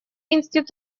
серьезных